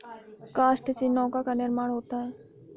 काष्ठ से नौका का निर्माण होता है